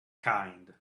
kind